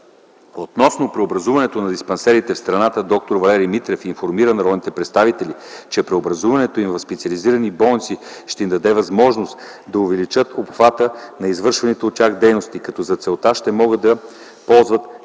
Относно преобразуването на диспансерите в страната д-р Валерий Митрев информира народните представители, че преобразуването им в специализирани болници ще им даде възможност да увеличат обхвата на извършваните от тях дейности, като за целта ще могат да ползват както